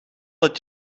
dat